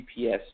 GPS